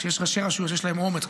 כשיש ראשי רשויות שיש להם אומץ,